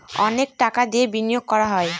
অনেক টাকা দিয়ে বিনিয়োগ করা হয়